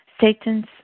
Satan's